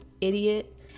idiot